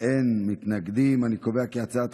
אני מסיים.